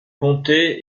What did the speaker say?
comté